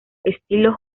estilo